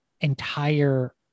entire